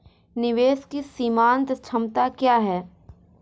निवेश की सीमांत क्षमता क्या है?